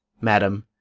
madam,